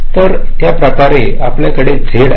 तर त्याप्रकारे आपल्याकडे z आहे